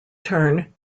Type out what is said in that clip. turn